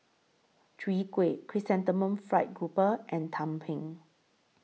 Chwee Kueh Chrysanthemum Fried Grouper and Tumpeng